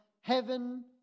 heaven